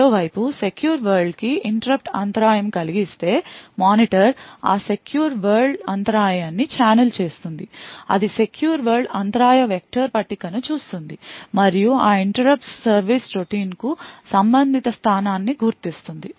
మరోవైపు secure world కి interrupt అంతరాయం కలిగిస్తే మానిటర్ ఆ సెక్యూర్ వరల్డ్ అంతరాయాన్ని ఛానెల్ చేస్తుంది అది సెక్యూర్ వరల్డ్ అంతరాయ వెక్టర్ పట్టికను చూస్తుంది మరియు ఆ interrupts సర్వీస్ రొటీన్ కు సంబంధిత స్థానాన్ని గుర్తిస్తుంది